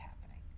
happening